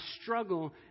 struggle